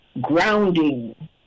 grounding